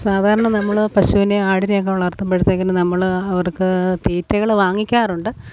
സാധാരണ നമ്മള് പശുവിനെ ആടിനെയൊക്കെ വളർത്തുമ്പോഴത്തേക്കിന് നമ്മള് അവർക്ക് തീറ്റകള് വാങ്ങിക്കാറുണ്ട്